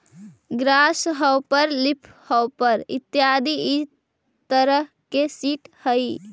grass hopper leafhopper इत्यादि इ तरह के सीट हइ